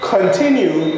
Continue